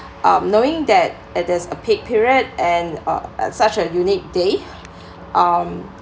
um knowing that at that's a peak period and uh uh such a unique day um